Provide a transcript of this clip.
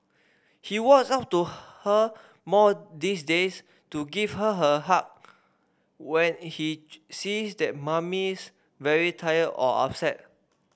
he walks up to her more these days to give her a hug when he sees that Mummy's very tired or upset